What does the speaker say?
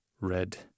red